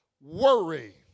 worry